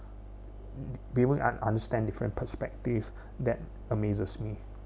be able understand different perspective that amazes me